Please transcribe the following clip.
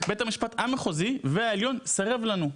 בית המשפט המחוזי והעליון סירבו לנו,